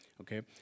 okay